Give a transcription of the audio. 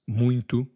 muito